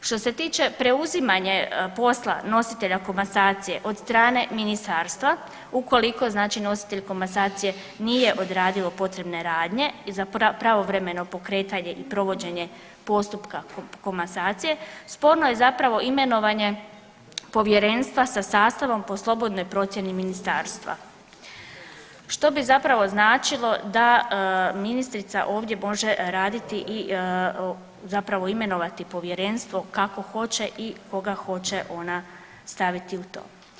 Što se tiče preuzimanja posla nositelja komasacije od strane ministarstva, ukoliko znači nositelj komasacije nije odradio potrebne radnje i pravovremeno pokretanje i provođenje postupka komasacije sporno je zapravo imenovanje povjerenstva sa sastavom po slobodnoj procijeni ministarstva, što bi zapravo značilo da ministrica ovdje može raditi i zapravo imenovati povjerenstvo kako hoće i koga hoće ona staviti u to.